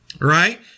right